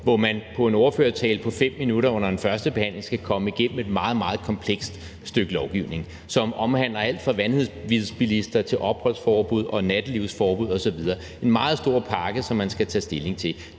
hvor man i en ordførertale på 5 minutter under en førstebehandling skal komme igennem et meget, meget komplekst stykke lovgivning, som omhandler alt fra vanvidsbilister til opholdsforbud og nattelivsforbud osv., en meget stor pakke, som man skal tage stilling til.